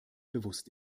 bewusst